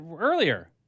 earlier